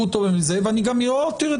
ואני גם הערתי את